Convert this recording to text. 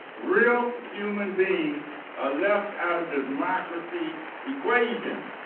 real human beings are left out of democracy equation.